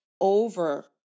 over